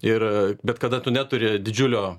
ir bet kada tu neturi didžiulio